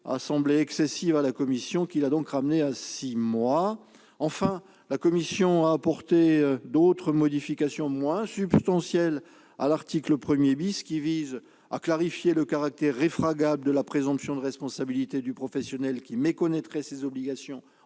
a semblé excessive à la commission, qui l'a donc ramenée à six mois. Enfin, la commission a apporté d'autres modifications moins substantielles à l'article 1 visant à clarifier le caractère réfragable de la présomption de responsabilité du professionnel qui méconnaîtrait ses obligations